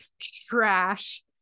Trash